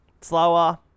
Slower